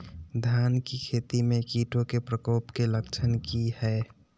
धान की खेती में कीटों के प्रकोप के लक्षण कि हैय?